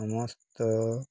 ସମସ୍ତ